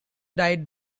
died